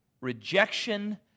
rejection